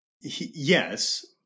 Yes